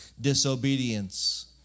disobedience